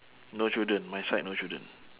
no children my side no children